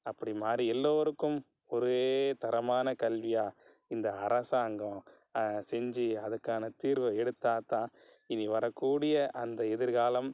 அப்படி மாறி எல்லோருக்கும் ஒரே தரமான கல்வியாக இந்த அரசாங்கம் செஞ்சு அதுக்கான தீர்வை எடுத்தால் தான் இனி வரக்கூடிய அந்த எதிர்காலம்